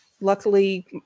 luckily